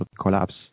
collapse